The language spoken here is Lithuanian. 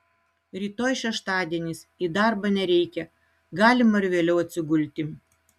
rytoj šeštadienis į darbą nereikia galima ir vėliau atsigulti